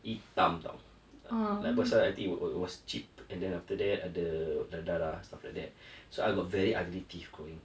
hitam [tau] like pasal I think it it was chipped and then after that ada ada darah stuff like so I got very ugly teeth growing